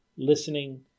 listening